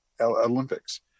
Olympics